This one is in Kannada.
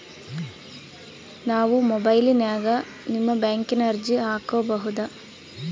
ನಾವು ಮೊಬೈಲಿನ್ಯಾಗ ನಿಮ್ಮ ಬ್ಯಾಂಕಿನ ಅರ್ಜಿ ಹಾಕೊಬಹುದಾ?